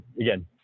again